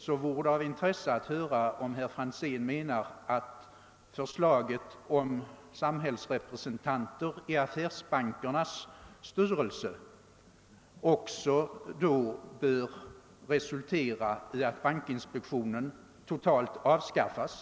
Det vore då av intresse att höra, om herr Franzén menar att förslaget om samhällsrepresentanter i affärsbankernas styrelser bör resultera i att bankinspektionen totalt avskaffas.